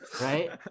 Right